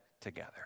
together